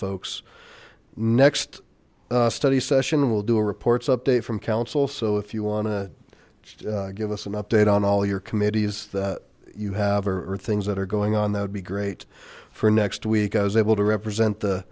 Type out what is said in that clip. folks next study session and we'll do a reports update from council so if you want to give us an update on all your committees that you have or things that are going on that would be great for next week i was able to represent the